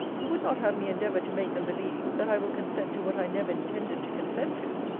you would not have me endeavour to make them believe, that i will consent to what i never intended to consent to!